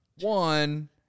one